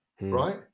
right